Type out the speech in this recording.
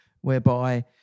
whereby